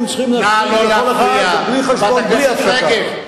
נא לא להפריע, חברת הכנסת רגב.